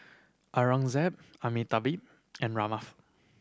Aurangzeb Amitabh and Ramnath